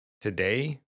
Today